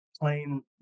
plain